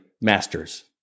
masters